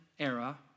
Era